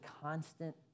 constant